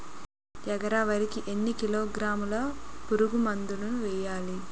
ఎకర వరి కి ఎన్ని కిలోగ్రాముల పురుగు మందులను వేయాలి?